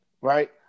right